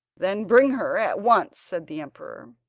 then bring her at once said the emperor.